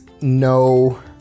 no